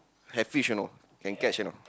have fish or not can catch or not